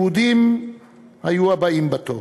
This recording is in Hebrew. היהודים היו הבאים בתור.